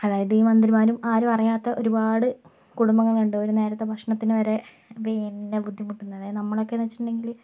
അതായത് ഈ മന്ത്രിമാരും ആരും അറിയാത്ത ഒരുപാട് കുടുംബങ്ങളുണ്ട് ഒരുനേരത്തെ ഭക്ഷണത്തിനു വരെ പിന്നെ ബുദ്ധിമുട്ടുന്നവർ നമ്മളൊക്കെയെന്നു വച്ചിട്ടുണ്ടെങ്കിൽ